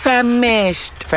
Famished